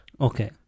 okay